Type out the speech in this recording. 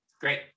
great